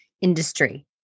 industry